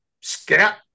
Scat